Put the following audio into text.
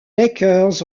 lakers